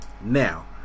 Now